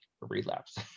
relapse